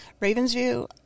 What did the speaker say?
Ravensview